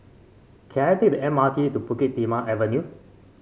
can I take the M R T to Bukit Timah Avenue